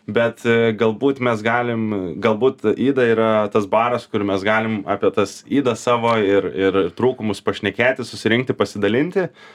bet galbūt mes galim galbūt yda yra tas baras kur mes galim apie tas ydas savo ir ir trūkumus pašnekėti susirinkti pasidalinti